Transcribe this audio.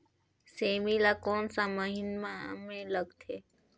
सेमी ला कोन सा महीन मां लगथे?